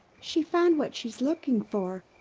she found what she's looking for.